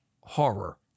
horror